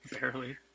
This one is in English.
Barely